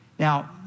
Now